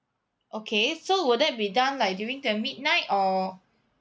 okay so would that be done like during the midnight or